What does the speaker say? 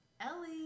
Ellie